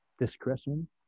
discretion